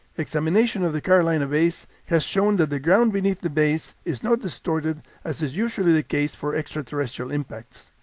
examination of the carolina bays has shown that the ground beneath the bays is not distorted as is usually the case for extraterrestrial impacts.